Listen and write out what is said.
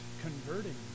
converting